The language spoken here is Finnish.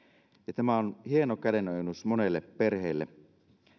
tämä on hieno kädenojennus monelle perheelle